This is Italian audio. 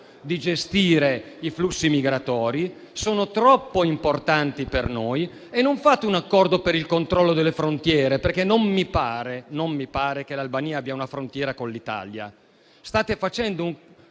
di gestire i flussi migratori, che sono troppo importanti per noi. Ma non fate un accordo per il controllo delle frontiere, perché non mi pare che l'Albania abbia una frontiera con l'Italia.